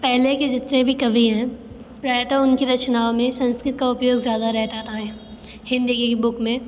पहले के जितने भी कवि हैं प्रायता उनकी रचनाओं में संस्कृत का उपयोग ज़्यादा रह जाता है हिन्दी की बुक में